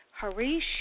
Harish